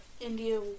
India